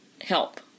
help